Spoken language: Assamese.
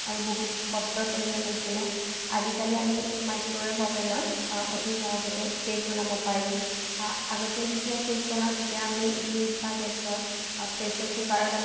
আৰু বহুত কষ্টৰ প্ৰয়োজন হৈছিলে আজিকালি আমি মাইক্ৰ'ৱেভ অভেনত অতি সহজতে কেক বনাব পাৰোঁ আগতে যেতিয়া কেক বনাওঁ তেতিয়া আমি জুইত বা গেছত প্ৰেছাৰ কুকাৰত আমি